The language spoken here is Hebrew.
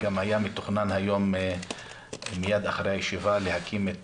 היה גם מתוכנן היום מיד אחרי הישיבה להקים את